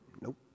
Nope